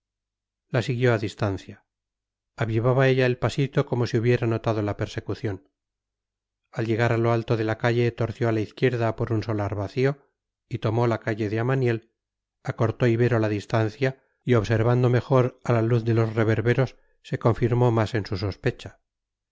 siguió a distancia avivaba ella el pasito como si hubiera notado la persecución al llegar a lo alto de la calle torció a la izquierda por un solar vacío y tomó la calle de amaniel acortó ibero la distancia y observando mejor a la luz de los reverberos se confirmó más en su sospecha